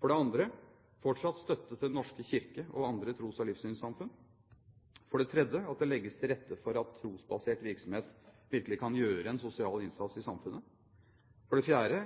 for det andre fortsatt støtte til Den norske kirke og andre tros- og livssynssamfunn, for det tredje at det legges til rette for at trosbasert virksomhet virkelig kan gjøre en sosial innsats i samfunnet, for det fjerde